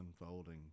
unfolding